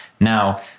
Now